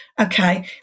okay